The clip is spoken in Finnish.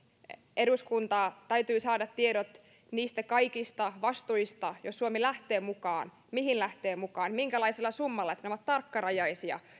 eduskunnan täytyy saada tiedot niistä kaikista vastuista jos suomi lähtee mukaan mihin lähtee mukaan minkälaisella summalla siitä että nämä ovat tarkkarajaisia